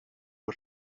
per